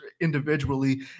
individually